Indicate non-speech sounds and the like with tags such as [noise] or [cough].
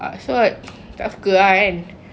ha so I [noise] tak suka lah kan